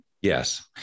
Yes